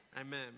Amen